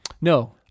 No